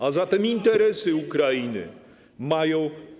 A zatem interesy Ukrainy mają.